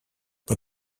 but